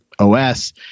OS